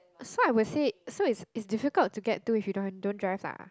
so I would say so is is difficult to get to if you don't don't drive lah